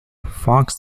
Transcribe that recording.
fox